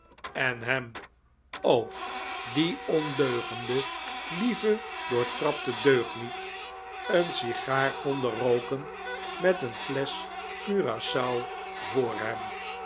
en hem o die ondeugende lieve doortrapte deugniet een sigaar vonden rooken met een flesch curacao voor hem